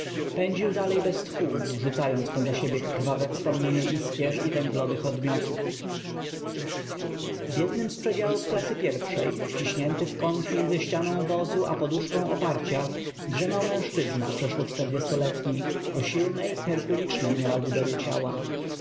pędził dalej bez tchu rzucając poza siebie krw aw e w spom nienie iskier i w ęglow ych odm iotów w jednym z przedziałów klasy pierwszej w ciśnięty w k ą t między ścianą w ozu a p o duszką oparcia drzem ał mężczyzna przeszło czterdziestoletni o silnej herkulicznej niemal budow ie ciała